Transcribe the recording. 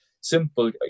simple